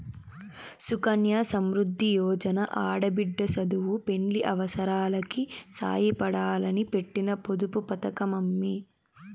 సుకన్య సమృద్ది యోజన ఆడబిడ్డ సదువు, పెండ్లి అవసారాలకి సాయపడాలని పెట్టిన పొదుపు పతకమమ్మీ